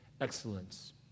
excellence